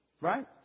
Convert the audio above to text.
right